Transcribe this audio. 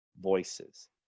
voices